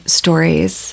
stories